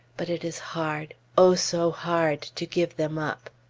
but it is hard o so hard! to give them up.